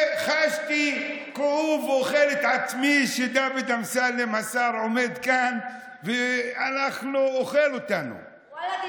וחשתי כאוב ואוכל את עצמי שדוד אמסלם השר עומד כאן ואוכל אותנו ואללה,